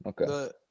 Okay